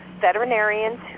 veterinarians